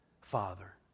Father